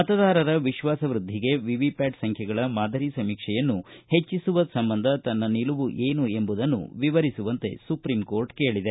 ಮತದಾರರ ವಿಶ್ವಾಸ ವೃದ್ಧಿಗೆ ವಿವಿಪ್ಯಾಟ್ ಸಂಖ್ಯೆಗಳ ಮಾದರಿ ಸಮೀಕ್ಷೆಯನ್ನು ಹೆಚ್ಚಿಸುವ ಸಂಬಂಧ ತನ್ನ ನಿಲುವು ಏನು ಎಂಬುದನ್ನು ವಿವರಿಸುವಂತೆ ಸುಪ್ರೀಂ ಕೋರ್ಟ ಕೇಳಿದೆ